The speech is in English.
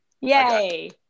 Yay